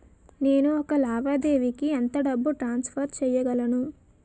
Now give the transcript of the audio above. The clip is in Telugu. నేను ఒక లావాదేవీకి ఎంత డబ్బు ట్రాన్సఫర్ చేయగలను?